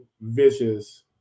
vicious